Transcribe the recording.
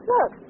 Look